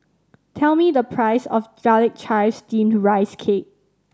tell me the price of Garlic Chives Steamed Rice Cake